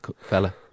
fella